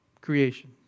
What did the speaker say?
creation